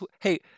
hey